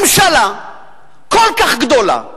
ממשלה כל כך גדולה,